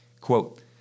quote